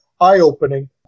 eye-opening